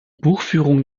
buchführung